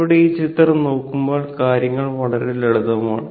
ഇവിടെ ഈ ചിത്രം നോക്കുമ്പോൾ കാര്യങ്ങൾ വളരെ ലളിതമാണ്